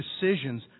decisions